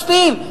משפיעים.